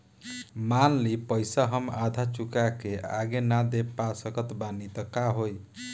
मान ली पईसा हम आधा चुका के आगे न दे पा सकत बानी त का होई?